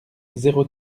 zéro